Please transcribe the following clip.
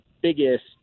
biggest